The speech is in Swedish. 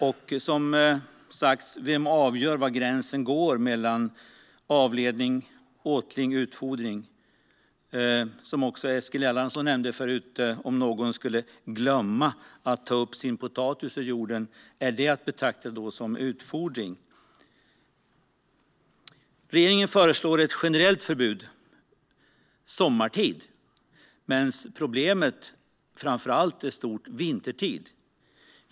Men, som sagt, vem avgör var gränsen går mellan avledning, åtling och utfodring? Som Eskil Erlandsson sa förut: Om någon skulle glömma att ta upp sin potatis ur jorden, är det då att betrakta som utfodring? Regeringen föreslår ett generellt förbud sommartid, medan problemet framför allt är stort vintertid.